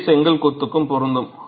அதே செங்கல் கொத்துக்கும் பொருந்தும்